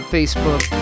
Facebook